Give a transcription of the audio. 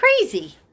Crazy